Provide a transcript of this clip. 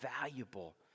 valuable